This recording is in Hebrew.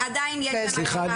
ועדיין יש לו הכרה,